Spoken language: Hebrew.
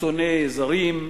שונא זרים,